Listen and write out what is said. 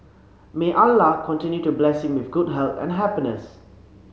may Allah continue to bless him with good health and happiness